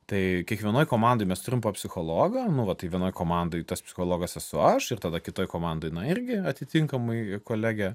tai kiekvienoj komandoj mes turim po psichologą nu vat tai vienoj komandoj tas psichologas esu aš ir tada kitoj komandoj irgi atitinkamai kolegė